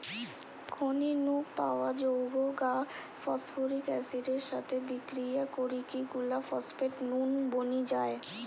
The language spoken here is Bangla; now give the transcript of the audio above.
খনি নু পাওয়া যৌগ গা ফস্ফরিক অ্যাসিড এর সাথে বিক্রিয়া করিকি গুলা ফস্ফেট নুন বনি যায়